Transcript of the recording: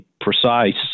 Precise